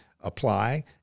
apply